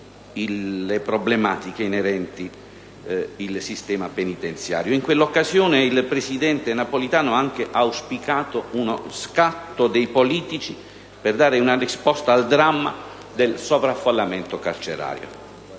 le problematiche inerenti il sistema penitenziario. In quell'occasione, il presidente Napolitano ha anche auspicato uno scatto dei politici per dare una risposta al dramma del sovraffollamento carcerario.